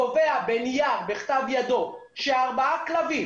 קובע בנייר בכתב ידו שאפשר להחזיר ארבעה כלבים